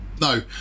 no